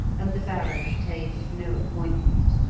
and the baron obtained no appointment.